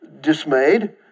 dismayed